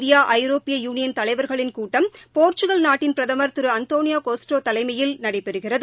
India ஐரோப்பிய union தலைவர்களின் கூட்டம் போர்ச்சுகல் நாட்டின் பிரதமர் திரு அந்தோனியா கோஸ்டா தலைமையில் நடைபெறுகிறது